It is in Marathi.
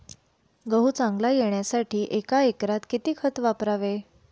गहू चांगला येण्यासाठी एका एकरात किती खत वापरावे?